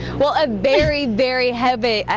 well a berry very hebby,